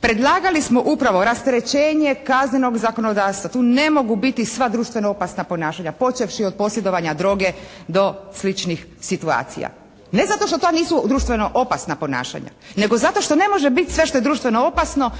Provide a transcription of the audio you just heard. predlagali smo upravo rasterećenje kaznenog zakonodavstva. Tu ne mogu biti sva društvena opasna ponašanja, počevši od posjedovanja droge do sličnih situacija. Ne zato što to nisu društveno opasna ponašanja nego zato što ne može biti sve što je društveno opasno